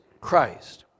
Christ